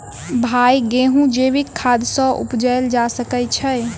भाई गेंहूँ जैविक खाद सँ उपजाल जा सकै छैय?